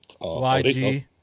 YG